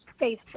Facebook